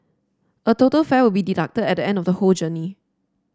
a total fare will be deducted at the end of the whole journey